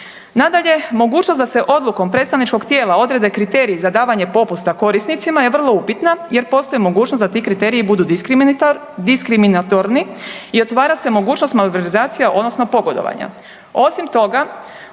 Nadalje, mogućnost da se odlukom predstavničkog tijela odrede kriteriji za davanje popusta korisnicima je vrlo upitna jer postoji mogućnost da ti kriteriji budu diskriminatorni i otvori se mogućnost malverzacija odnosno pogodovanja. Osim toga,